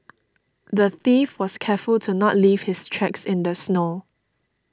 the thief was careful to not leave his tracks in the snow